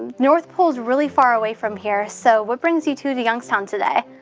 north pole's really far away from here, so what brings you two to youngstown today?